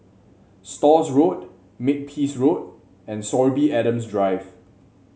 Stores Road Makepeace Road and Sorby Adams Drive